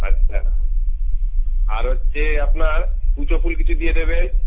আচ্ছা আর হচ্ছে আপনার কুচো ফুল কিছু দিয়ে দেবেন